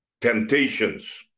temptations